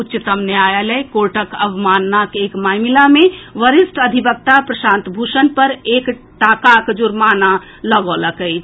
उच्चतम न्यायालय कोर्टक अवमाननाक एक मामिला मे वरिष्ठ अधिवक्ता प्रशांत भूषण पर एक टाकाक जुर्माना लगौलक अछि